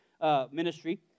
ministry